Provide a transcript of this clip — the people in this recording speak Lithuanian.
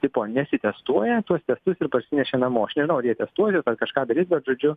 tipo nesitestuoja tuos testus ir parsinešė namo aš nežinau ar jie testuosis ar kažką darys bet žodžiu